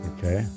Okay